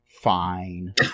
Fine